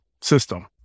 system